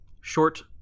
Short